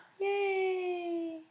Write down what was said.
Yay